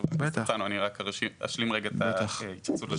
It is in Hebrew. חה"כ הרצנו, אני רק אשלים את ההתייחסות לשאלה שלך.